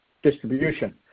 distribution